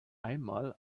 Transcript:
einmal